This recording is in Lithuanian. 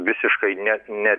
visiškai net ne